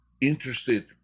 interested